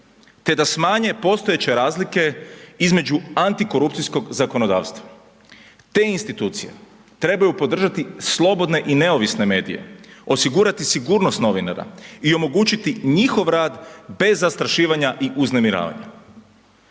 te da smanje postojeće razlike između antikorupcijskog zakonodavstva. Te institucije trebaju podržati slobodne i neovisne medije, osigurati sigurnost novinara i omogućiti njihov rad bez zastrašivanja i uznemiravanja.